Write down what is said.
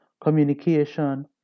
communication